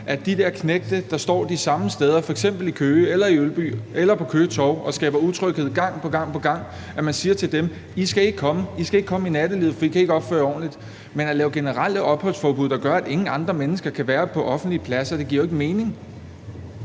til de der knægte, der står de samme steder, f.eks. i Køge eller i Ølby eller på Køge Torv, og skaber utryghed gang på gang, siger, at I skal ikke komme her. I skal ikke komme i nattelivet i, for I kan ikke opføre jer ordentligt. Men at lave generelle opholdsforbud, der gør, at ingen andre mennesker kan være på offentlige pladser, giver jo ikke mening.